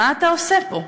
מה אתה עושה פה?